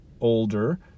older